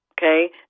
Okay